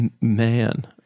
Man